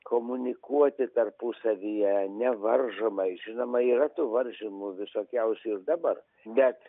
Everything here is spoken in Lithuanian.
komunikuoti tarpusavyje nevaržomai žinoma yra tų varžymų visokiausių ir dabar net